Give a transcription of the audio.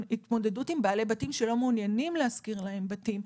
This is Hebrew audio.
התמודדות עם בעלי בתים שלא מעוניינים להשכיר להן בתים.